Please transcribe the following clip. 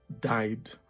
died